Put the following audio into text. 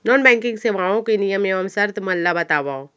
non banking सेवाओं के नियम एवं शर्त मन ला बतावव